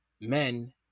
men